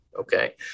Okay